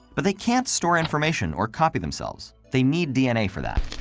but they can't store information or copy themselves they need dna for that.